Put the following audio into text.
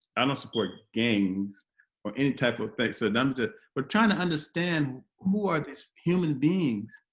i don't support gangs or any type of effect so numbers but trying to understand who are these human beings